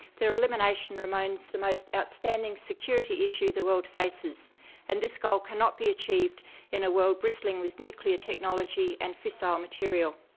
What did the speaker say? their elimination remains the most outstanding security issue the world faces and this goal cannot be achieved in a world bristling with nuclear technology and fissile material.